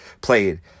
played